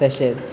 तशेंच